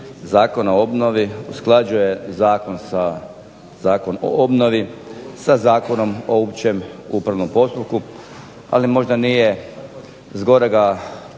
Zakona o obnovi usklađuje Zakon o obnovi sa Zakonom o općem upravnom postupku, ali možda nije zgorega